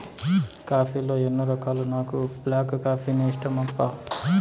coffee లో ఎన్నో రకాలున్నా నాకు బ్లాక్ కాఫీనే ఇష్టమప్పా